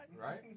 Right